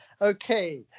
okay